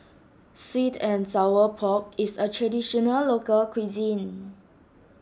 Sweet and Sour Pork is a Traditional Local Cuisine